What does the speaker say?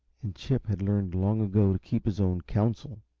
and chip had learned long ago to keep his own counsel.